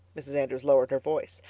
mrs. andrews lowered her voice.